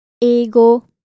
ego